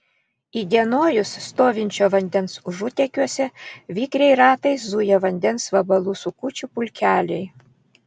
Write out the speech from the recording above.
įdienojus stovinčio vandens užutėkiuose vikriai ratais zuja vandens vabalų sukučių pulkeliai